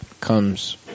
comes